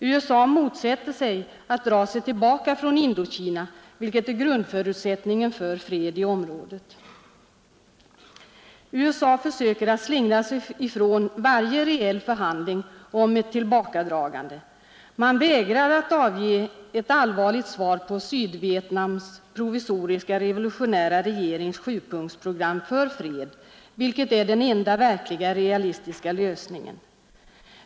USA motsätter sig att dra sig tillbaka från Indokina, vilket är grundförutsättningen för fred i området. USA försöker att slingra sig ifrån varje reell förhandling om ett tillbakadragande. Man vägrar att avge ett allvarligt svar på Sydvietnams provisoriska revolutionära regerings sjupunktsprogram för fred, vilket är den enda verkliga och realistiska lösningen.